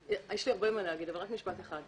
יש לי הרבה מה להגיד, אבל רק משפט אחד.